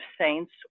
saints